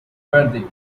verde